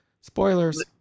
spoilers